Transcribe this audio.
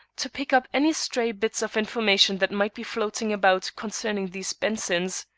to pick up any stray bits of information that might be floating about concerning these bensons.